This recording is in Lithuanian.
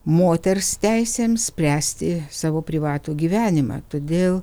moters teisėms spręsti savo privatų gyvenimą todėl